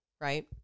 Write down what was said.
right